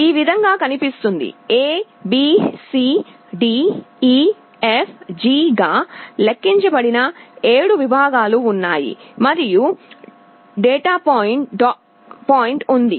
ఈ విధంగా కనిపిస్తుంది A B C D E F G గా లెక్కించబడిన 7 విభాగాలు ఉన్నాయి మరియు డాట్ పాయింట్ ఉంది